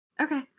Okay